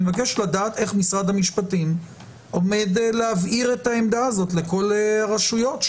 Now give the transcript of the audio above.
אני מבקש לדעת איך משרד המשפטים עומד להבהיר את העמדה הזאת לכל הרשויות.